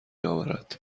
اورد